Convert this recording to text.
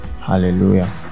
Hallelujah